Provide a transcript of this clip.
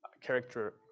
character